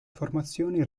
formazioni